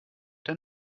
der